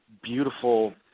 beautiful